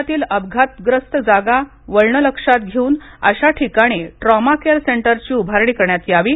राज्यातील अपघातग्रस्त जागा वळणे लक्षात घेऊन अशा ठिकाणी ट्रॉमा केअर सेंटरची उभारणी करण्यात यावी